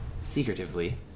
secretively